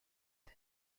des